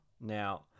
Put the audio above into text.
now